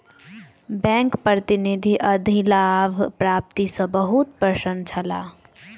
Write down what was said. bank प्रतिनिधि अधिलाभ प्राप्ति सॅ बहुत प्रसन्न छला